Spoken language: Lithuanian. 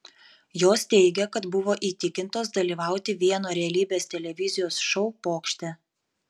jos teigia kad buvo įtikintos dalyvauti vieno realybės televizijos šou pokšte